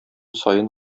саен